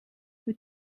who